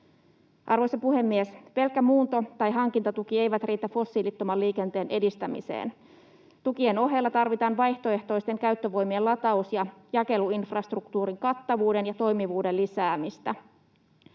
Arvoisa puhemies! Pelkkä muunto- tai hankintatuki ei riitä fossiilittoman liikenteen edistämiseen. Tukien ohella tarvitaan vaihtoehtoisten käyttövoimien lataus- ja jakeluinfrastruktuurin kattavuuden ja toimivuuden lisäämistä.